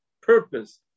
purpose